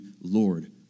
Lord